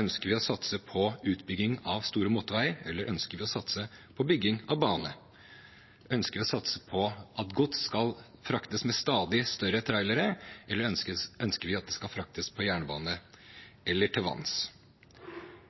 Ønsker vi å satse på utbygging av store motorveier, eller ønsker vi å satse på bygging av bane? Ønsker vi å satse på at gods skal fraktes med stadig større trailere, eller ønsker vi at det skal fraktes på jernbane eller til vanns?